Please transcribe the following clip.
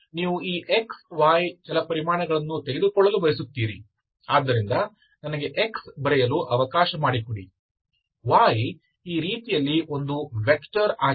ನೀವು ಈ x y ಚಲಪರಿಮಾಣಗಳನ್ನು ತೆಗೆದುಕೊಳ್ಳಲು ಬಯಸುತ್ತೀರಿ ಆದ್ದರಿಂದ ನನಗೆ x ಬರೆಯಲು ಅವಕಾಶ ಮಾಡಿಕೊಡಿ y ಈ ರೀತಿಯಲ್ಲಿ ಒಂದು ವೆಕ್ಟರ್ ಆಗಿದೆ